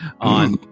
on